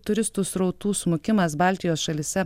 turistų srautų smukimas baltijos šalyse